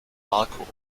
marco